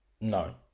no